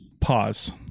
Pause